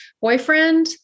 boyfriend